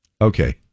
Okay